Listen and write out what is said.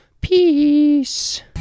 Peace